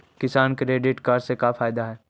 किसान credit card से का फायदा है?